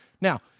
Now